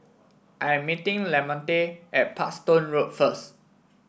I am meeting Lamonte at Parkstone Road first